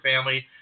family